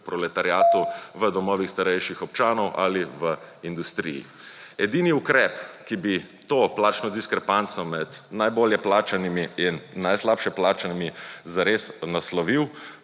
proletariatu v domovih starejših občanov ali v industriji. Edini ukrep, ki bi to plačno diskrepanco med najbolje plačanimi in najslabše plačanimi zares naslovil